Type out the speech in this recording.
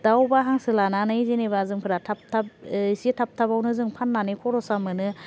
दाव बा हांसो लानानै जेनेबा जोंफोरा थाबा थाब एसे थाब थाबावनो जों फान्नानै खर'सा मोनो